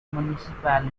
municipality